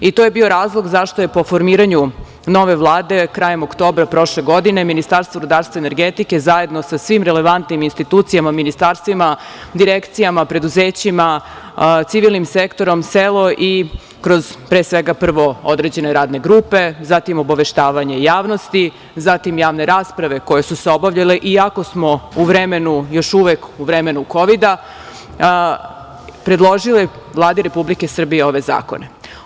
I to je bio razlog zašto je po formiranju nove Vlade krajem oktobra prošle godine Ministarstvo rudarstva i energetike zajedno sa svim relevantnim institucijama, ministarstvima, direkcijama, preduzećima, civilnim sektorom, selo i kroz pre svega prvo određene radne grupe, zatim obaveštavanje javnosti, zatim javne rasprave koje su se obavile i ako smo u vremenu još uvek u vremenu Kovida, predložili Vlade Republike Srbije ove zakone.